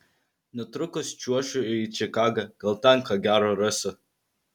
netrukus čiuošiu į čikagą gal ten ką gero rasiu